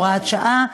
הוראת שעה),